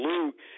Luke